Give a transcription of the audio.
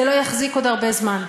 זה לא יחזיק עוד הרבה זמן.